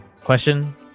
Question